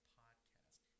podcast